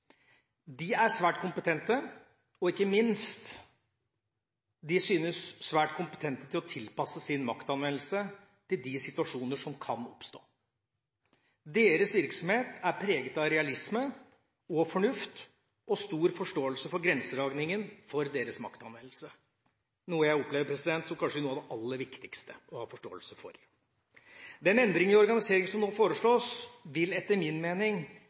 De er svært kompetente, og ikke minst syns de svært kompetente til å tilpasse sin maktanvendelse til de situasjoner som kan oppstå. Deres virksomhet er preget av realisme og fornuft, og en stor forståelse for grensedragningen for deres maktanvendelse – noe jeg opplever som kanskje noe av det aller viktigste å ha forståelse for. Den endringen i organisering som nå foreslås, vil etter min mening